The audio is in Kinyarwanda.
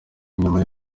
nyuma